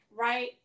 right